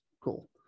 cool